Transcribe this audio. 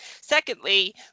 secondly